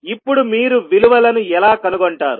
ఇప్పుడు మీరు విలువలను ఎలా కనుగొంటారు